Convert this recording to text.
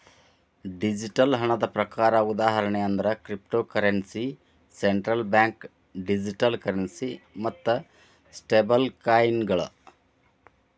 digital ಹಣದ ಪ್ರಕಾರ ಉದಾಹರಣಿ ಅಂದ್ರ cryptocurrency, central bank digital currency ಮತ್ತ ಸ್ಟೇಬಲ್ಕಾಯಿನ್ಗಳ